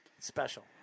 Special